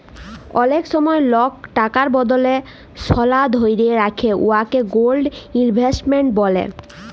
অলেক সময় লক টাকার বদলে সলা ধ্যইরে রাখে উয়াকে গোল্ড ইলভেস্টমেল্ট ব্যলে